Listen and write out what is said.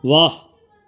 ਵਾਹ